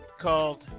called